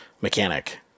mechanic